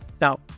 Now